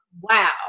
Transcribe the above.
Wow